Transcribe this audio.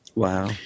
Wow